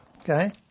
Okay